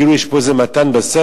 כאילו יש פה איזה מתן בסתר.